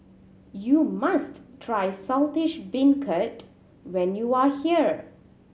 you must try Saltish Beancurd when you are here